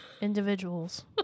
individuals